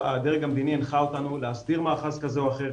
או הדרג המדיני הנחה אותנו להסדיר מאחז כזה או אחר,